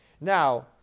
Now